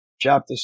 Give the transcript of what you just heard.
Chapter